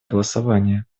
голосования